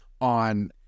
on